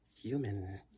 human